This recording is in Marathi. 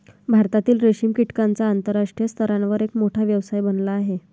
भारतातील रेशीम कीटकांचा आंतरराष्ट्रीय स्तरावर एक मोठा व्यवसाय बनला आहे